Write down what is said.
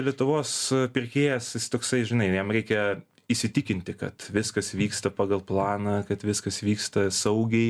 lietuvos pirkėjas jis toksai žinai jam reikia įsitikinti kad viskas vyksta pagal planą kad viskas vyksta saugiai